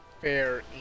Fair